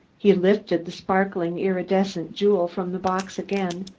he lifted the sparkling, iridescent jewel from the box again,